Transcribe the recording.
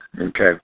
Okay